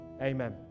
Amen